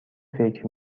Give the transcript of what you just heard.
فکر